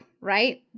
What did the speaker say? right